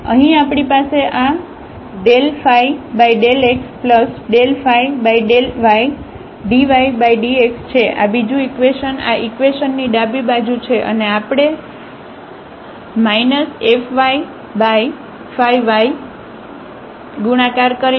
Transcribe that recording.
તેથી અહીં આપણી પાસે આ ∂ϕ∂x∂ϕ∂ydydx છે આ બીજું ઇકવેશન આ ઇકવેશન ની ડાબી બાજુ છે અને આપણે fyy ગુણાકાર કરીશું